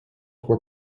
were